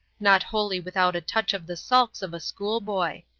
not wholly without a touch of the sulks of a schoolboy.